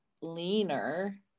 leaner